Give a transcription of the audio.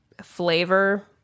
flavor